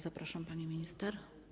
Zapraszam, pani minister.